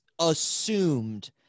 assumed